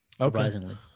surprisingly